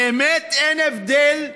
באמת אין הבדל?